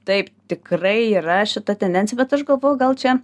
taip tikrai yra šita tendencija bet aš galvoju gal čia